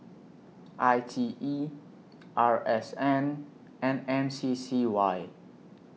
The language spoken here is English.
I T E R S N and M C C Y